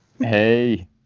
Hey